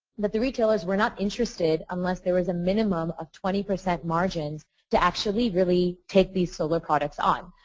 but the retailers were not interested unless there was a minimum of twenty percent margins to actually really take these solar products on.